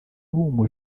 umu